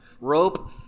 rope